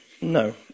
no